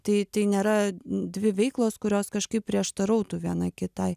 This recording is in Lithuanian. tai tai nėra dvi veiklos kurios kažkaip prieštarautų viena kitai